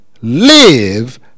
live